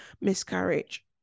miscarriage